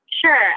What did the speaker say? Sure